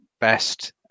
best